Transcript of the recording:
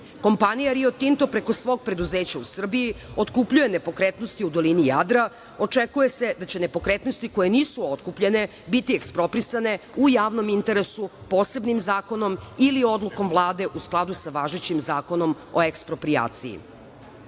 namene. Kompanija Rio Tinto preko svog preduzeća u Srbiji otkupljuje nepokretnosti u dolini Jadra očekuje se da će nepokretnosti koje nisu otkupljene biti eksproprisane u javnom interesu posebnim zakonom ili odlukom Vlade u skladu sa važećim Zakonom o eksproprijaciji. Plan